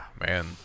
Man